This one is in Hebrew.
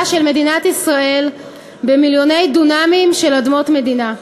של מדינת ישראל במיליוני דונמים של אדמות מדינה.